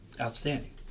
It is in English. outstanding